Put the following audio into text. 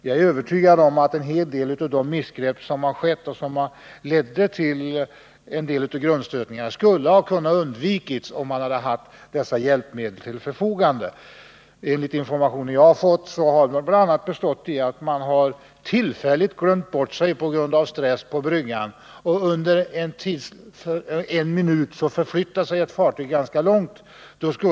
Jag är övertygad om att en hel del av de missgrepp som har skett och som har lett till några av grundstötningarna skulle ha kunnat undvikas, om man hade haft dessa hjälpmedel till sitt förfogande. Enligt de informationer jag har fått har missgreppen bl.a. bestått i att någon, på grund av stress på bryggan, tillfälligt glömt bort sig. Och under en minut förflyttar sig ett fartyg ganska långt.